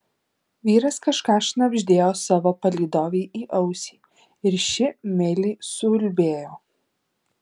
vyras kažką šnabždėjo savo palydovei į ausį ir ši meiliai suulbėjo